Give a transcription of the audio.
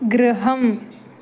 गृहम्